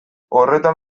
horretan